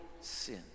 sin